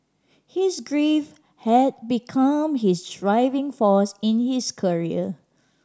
his grief had become his driving force in his career